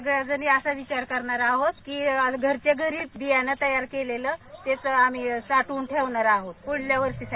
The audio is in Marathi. सगळ्या जणी असा विचार करणार आहोत की घराच्या घरी बियाणे तयार केलेलं त्याचं आम्ही साठवून ठेवणार आहोत पुढच्या वर्षीसाठी